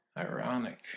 Ironic